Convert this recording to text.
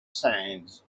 sands